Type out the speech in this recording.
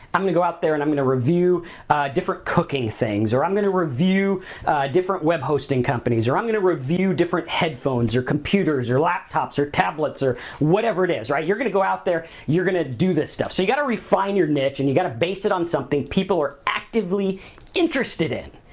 i'm gonna go out there and i'm gonna review different cooking things or i'm gonna review different web hosting companies or or i'm gonna review different headphones or computers or laptops, or tablets, or whatever it is, right? you're gonna go out there, you're gonna do this stuff, so, you gotta refine your niche and you gotta base it on something people are actively interested in,